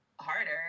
harder